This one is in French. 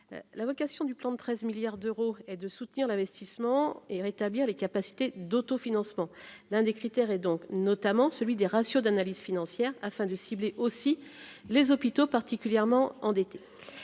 la vocation du plan de 13 milliards d'euros et de soutenir l'investissement et rétablir les capacités d'autofinancement, l'un des critères et donc, notamment celui des ratios d'analyse financière afin de cibler aussi les hôpitaux particulièrement endetté